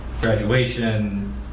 graduation